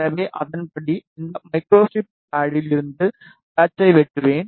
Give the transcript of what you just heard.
எனவே அதன்படி இந்த மைக்ரோஸ்ட்ரிப் பேடில் இருந்து பேட்சை வெட்டுவேன்